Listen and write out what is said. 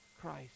Christ